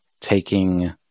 taking